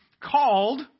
called